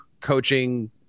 coaching